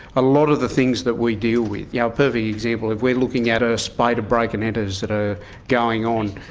a lot of the things that we deal with, yeah a perfect example, if we're looking at a a spate of break and enters that are going on,